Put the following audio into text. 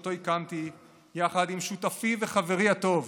שאותו הקמתי יחד עם שותפי וחברי הטוב